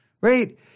right